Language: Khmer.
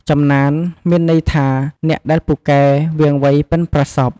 ចំណាន មានន័យថា អ្នកដែលពូកែ វាងវៃ បុិនប្រសប់ ។